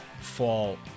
fall